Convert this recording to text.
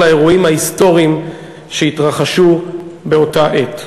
לאירועים ההיסטוריים שהתרחשו באותה עת.